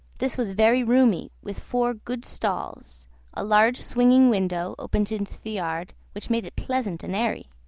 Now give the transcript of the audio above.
this was very roomy, with four good stalls a large swinging window opened into the yard, which made it pleasant and airy.